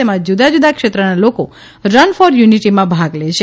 તેમા જુદા જુદા ક્ષેત્રના લોકો રન ફોર યુનિટીમાં ભાગ લે છે